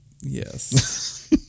Yes